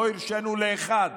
לא הרשינו לאחד